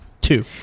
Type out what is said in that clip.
two